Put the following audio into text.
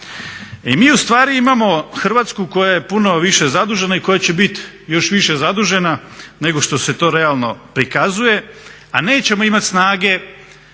mi ustvari imamo Hrvatsku koja je puno više zadužena i koja će biti još više zadužena nego što se to realno prikazuje, a nećemo imati snage